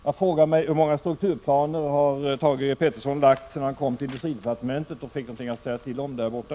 Jag frågar mig nu: Hur många strukturplaner har Thage G. Peterson lagt fram sedan han kom till industridepartementet och fick någonting att säga till om där borta?